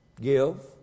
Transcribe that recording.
Give